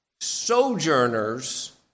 sojourners